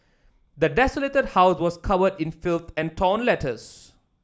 the desolated house was covered in filth and torn letters